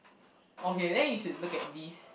okay then you should look at this